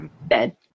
Bed